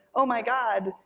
oh my god,